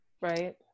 Right